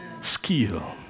Skill